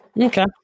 Okay